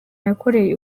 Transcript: yakoreye